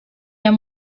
amb